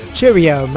Cheerio